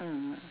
mm